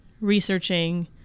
researching